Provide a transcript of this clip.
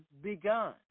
begun